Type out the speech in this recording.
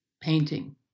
painting